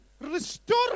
restore